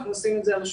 נשים את זה על השולחן.